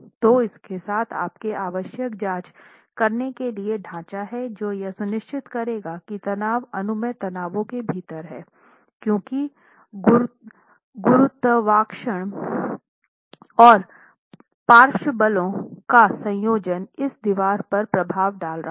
तो इसके साथ आपके आवश्यक जाँच करने के लिए ढाँचा है जोयह सुनिश्चितकरेगा कीतनाव अनुमेय तनावों के भीतर है क्योंकि गुरुत्वाकर्षण और पार्श्व बलों का संयोजन इस दीवार परप्रभाव डाल रहा है